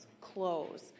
clothes